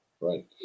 Right